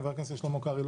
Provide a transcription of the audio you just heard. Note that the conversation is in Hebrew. חבר הכנסת שלמה קרעי,